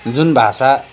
जुन भाषा